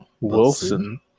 Wilson